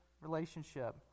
relationship